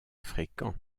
fréquent